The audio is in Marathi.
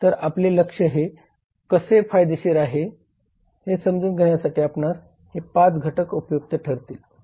तर आपले लक्ष्य हे कसे फायदेशीर आहे हे समजून घेण्यासाठी आपणास हे 5 घटक उपयुक्त ठरतील